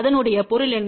அதனுடைய பொருள் என்ன